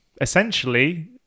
essentially